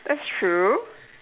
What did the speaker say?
that's true